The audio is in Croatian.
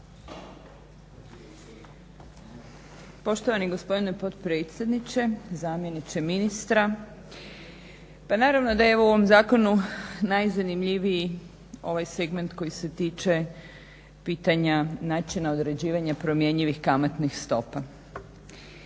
Poštovani gospodine potpredsjedniče, zamjeniče ministra. Pa naravno da je u ovom zakonu najzanimljiviji ovaj segment koji se tiče pitanja načina određivanja promjenjivih kamatnih stopa.